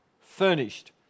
furnished